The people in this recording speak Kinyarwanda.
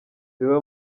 reba